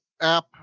app